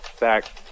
back